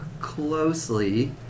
closely